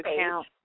account